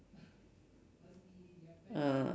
uh